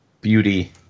beauty